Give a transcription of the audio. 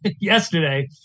yesterday